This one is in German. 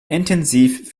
intensiv